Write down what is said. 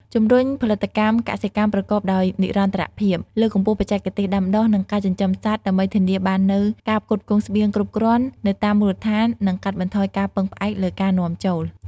ជំរុញផលិតកម្មកសិកម្មប្រកបដោយនិរន្តរភាព លើកកម្ពស់បច្ចេកទេសដាំដុះ និងការចិញ្ចឹមសត្វ ដើម្បីធានាបាននូវការផ្គត់ផ្គង់ស្បៀងគ្រប់គ្រាន់នៅតាមមូលដ្ឋាន និងកាត់បន្ថយការពឹងផ្អែកលើការនាំចូល។